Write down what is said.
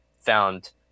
found